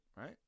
right